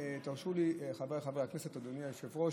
תרשו לי, חבריי חברי הכנסת, אדוני היושב-ראש,